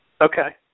Okay